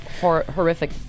horrific